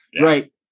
Right